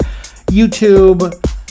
YouTube